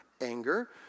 anger